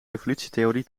evolutietheorie